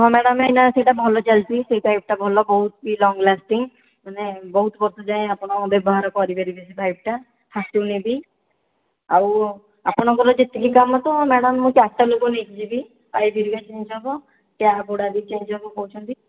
ହଁ ମ୍ୟାଡ଼ାମ ଏଇନା ସେଇଟା ଭଲ ଚାଲିଛି ସେହି ପାଇପଟା ଭଲ ବହୁତ ଲଙ୍ଗଲାଷ୍ଟିଙ୍ଗ ମାନେ ବହୁତ ବର୍ଷ ଯାଏଁ ଆପଣ ବ୍ୟବହାର କରିପାରିବେ ସେ ପାଇପଟା ଫାଟିଲେ ବି ଆଉ ଆପଣଙ୍କର ଯେତିକି କାମ ତ ମ୍ୟାଡ଼ାମ ମୁଁ ଚାରିଟା ଲୋକ ନେଇକି ଯିବି ଟ୍ୟାପ ଗୁଡ଼ା ବି ଚେଞ୍ଜ ହେବ କହୁଛନ୍ତି